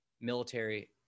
military